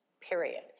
period